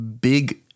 big